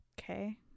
Okay